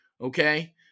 okay